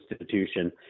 institution